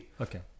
Okay